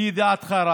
לידיעתך,